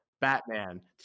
Batman